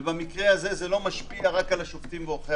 ובמקרה הזה זה לא משפיע רק על השופטים ועל עורכי